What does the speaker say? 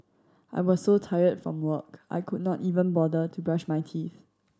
I was so tired from work I could not even bother to brush my teeth